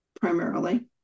primarily